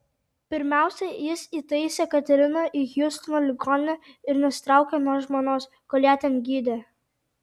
pirmiausia jis įtaisė kateriną į hjustono ligoninę ir nesitraukė nuo žmonos kol ją ten gydė